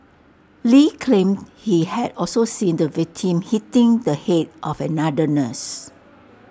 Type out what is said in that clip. lee claimed he had also seen the victim hitting the Head of another nurse